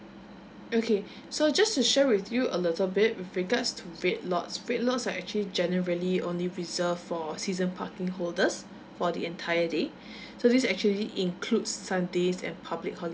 okay so just to share with you a little bit with regards to red lots red lots are actually generally only reserve for season parking holders for the entire day so this actually include sundays and public holidays